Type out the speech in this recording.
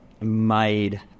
made